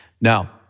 Now